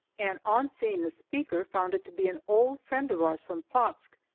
and, on seeing the speaker, found it to be an old friend of ours from plotzk.